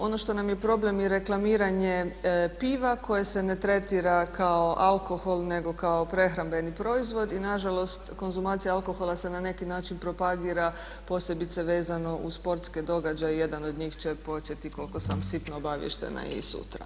Ono što nam je problem je reklamiranje piva koje se ne tretira kao alkohol nego kao prehrambeni proizvod i nažalost konzumacija alkohola se na neki način propagira posebice vezano uz sportske događaje, jedan od njih će početi koliko sam sitno obaviještena i sutra.